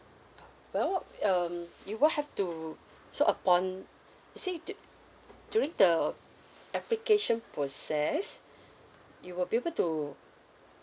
well um you will have to so upon you see during the application process you will be able to